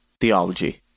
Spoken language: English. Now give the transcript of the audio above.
Theology